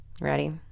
Ready